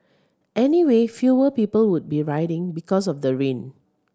anyway fewer people would be riding because of the rain